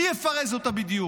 מי בדיוק יפרז אותה?